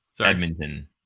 Edmonton